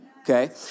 Okay